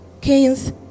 kings